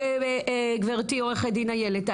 גברתי עורכת הדין אילת,